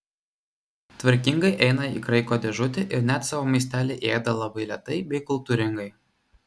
tvarkingai eina į kraiko dėžutę ir net savo maistelį ėda labai lėtai bei kultūringai